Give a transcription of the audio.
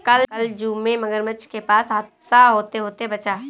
कल जू में मगरमच्छ के पास हादसा होते होते बचा